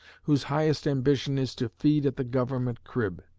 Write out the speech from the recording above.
whose highest ambition is to feed at the government crib